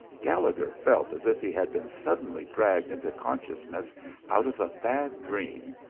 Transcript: gallagher felt as if he had been suddenly dragged into consciousness out of a bad dream,